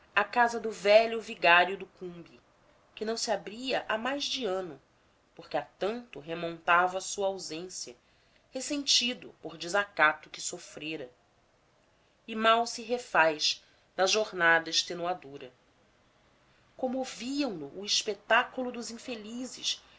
à casa do velho vigário do cumbe que não se abria há mais de ano porque a tanto remontava a sua ausência ressentido por desacato que sofrera e mal se refaz da jornada extenuadora comoviam no o espetáculo dos infelizes